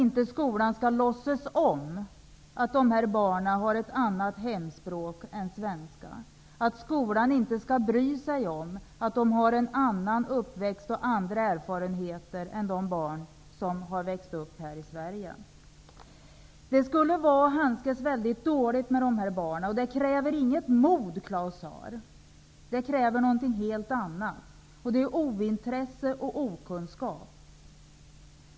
Skolan skall inte låtsas om att de barnen har ett annat hemspråk än svenska och skolan skall inte bry sig om vilka andra uppväxtförhållanden och erfarenheter de har haft än de barn som har vuxit upp i Sverige. Det här skulle vara ett dåligt sätt att handskas med dessa barn, och det kräver inget mod, Claus Zaar, utan ointresse och okunskaper.